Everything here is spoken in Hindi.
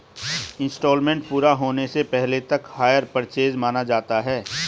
इन्सटॉलमेंट पूरा होने से पहले तक हायर परचेस माना जाता है